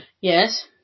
Yes